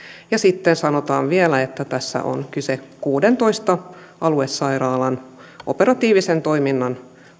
sitten sanotaan vielä että tässä on kyse kuudentoista aluesairaalan operatiivisen toiminnan